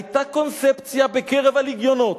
היתה קונספציה בקרב הלגיונות.